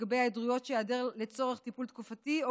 לגבי היעדרויות שייעדר לצורך טיפול תקופתי או